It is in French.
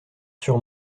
sur